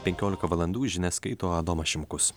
penkiolika valandų žinias skaito adomas šimkus